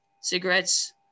cigarettes